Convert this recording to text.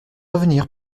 revenir